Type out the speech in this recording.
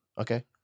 Okay